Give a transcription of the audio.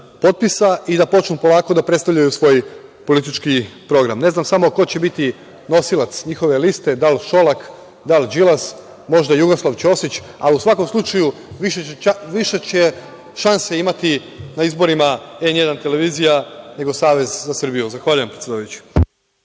i da počnu, polako, da predstavljaju svoj politički program, ne znam samo ko će biti nosilac njihove liste, da li Šolak, da li Đilas, možda Jugoslav Ćosić, ali u svakom slučaju više će šansi imati na izborima „N1“ televizija, nego Savez za Srbiju. Zahvaljujem. **Veroljub